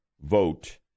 vote